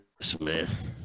smith